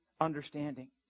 understanding